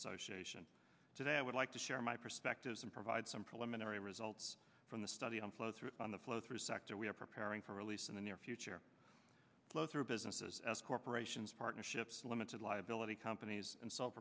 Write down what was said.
association today i would like to share my perspectives and provide some preliminary results from the study on flow through on the flow through sector we are preparing for release in the near future closer businesses s corporations partnerships limited liability companies